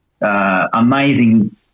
amazing